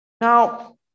Now